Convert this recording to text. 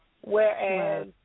whereas